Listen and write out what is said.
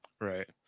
right